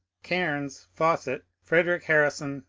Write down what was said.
cairnes, fawcett, frederic harrison,